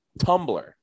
Tumblr